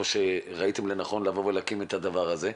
שראיתם לנכון להקים את הדבר הזה.